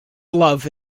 love